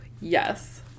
yes